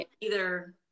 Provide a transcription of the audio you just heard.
either-